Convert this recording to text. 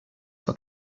for